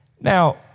Now